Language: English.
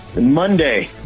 Monday